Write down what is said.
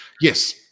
yes